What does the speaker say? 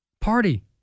party